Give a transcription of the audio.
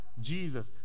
Jesus